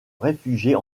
réfugier